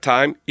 Time